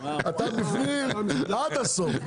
אתה בפנים עד הסוף,